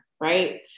right